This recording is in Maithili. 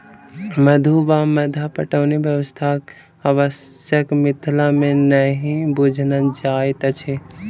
मद्दु वा मद्दा पटौनी व्यवस्थाक आवश्यता मिथिला मे नहि बुझना जाइत अछि